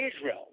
Israel